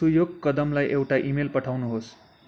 सुयोग कदमलाई एउटा इमेल पठाउनुहोस्